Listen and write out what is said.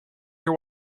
your